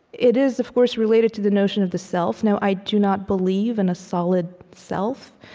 it is, of course, related to the notion of the self. now, i do not believe in a solid self,